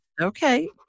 Okay